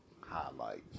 highlights